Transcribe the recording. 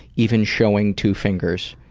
even showing two fingers.